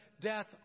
death